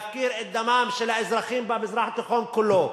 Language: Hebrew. מפקירה את דמם של האזרחים במזרח התיכון כולו.